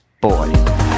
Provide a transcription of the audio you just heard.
Boy